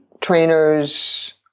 trainers